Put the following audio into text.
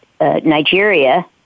Nigeria